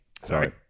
sorry